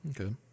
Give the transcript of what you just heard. okay